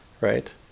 Right